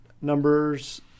numbers